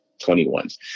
21